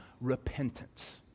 repentance